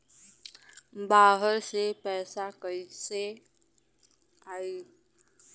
बाहर से पैसा कैसे आई?